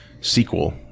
sequel